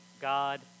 God